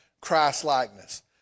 Christ-likeness